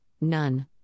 None